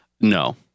no